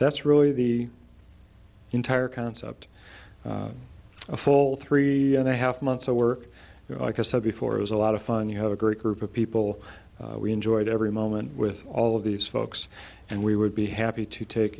that's really the entire concept a full three and a half months of work like i said before it was a lot of fun you have a great group of people we enjoyed every moment with all of these folks and we would be happy to take